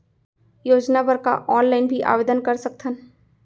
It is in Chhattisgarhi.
योजना बर का ऑनलाइन भी आवेदन कर सकथन?